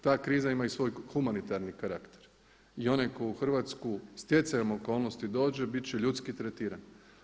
Ta kriza ima i svoj humanitarni karakter i onaj tko u Hrvatsku stjecajem okolnosti dođe bit će ljudski tretiran.